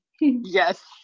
yes